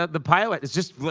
the pilot, is just, like,